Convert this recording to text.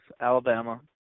Alabama